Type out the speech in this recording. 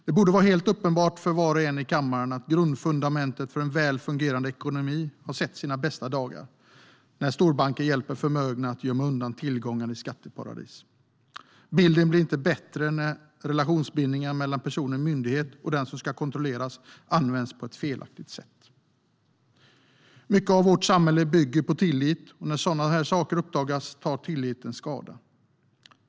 Det borde vara helt uppenbart för var och en här i kammaren att fundamentet för en väl fungerade ekonomi har sett sina bästa dagar när storbanker hjälper förmögna att gömma undan tillgångar i skatteparadis. Bilden blir inte bättre när relationsbindningar mellan personer på en myndighet och den som ska kontrolleras används på ett felaktigt sätt. Mycket av vårt samhälle bygger på tillit, och när sådana här saker uppdagas tar tilliten skada.